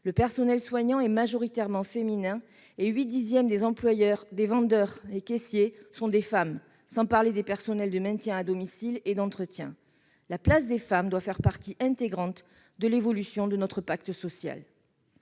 Le personnel soignant est majoritairement féminin et huit dixièmes des vendeurs et caissiers sont des femmes, sans parler des personnels de l'aide à domicile et d'entretien. La place des femmes doit faire partie intégrante de l'évolution de notre pacte social.